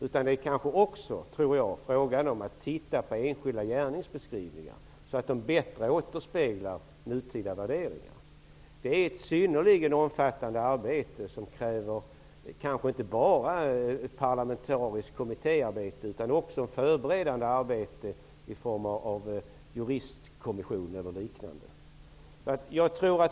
Jag tror att det också är fråga om att titta på enskilda gärningsbeskrivningar, så att de bättre återspeglar nutida värderingar. Detta är ett synnerligen omfattande arbete som kanske inte bara kräver ett parlamentariskt kommittéarbete utan också ett förberedande arbete i form av en juristkommission eller liknande.